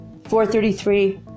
4:33